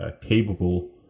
capable